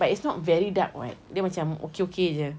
but it's not very dark [what] dia macam okay okay jer